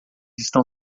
estão